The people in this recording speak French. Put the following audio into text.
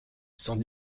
sans